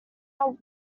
our